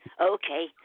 Okay